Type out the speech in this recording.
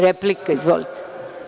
Replika, izvolite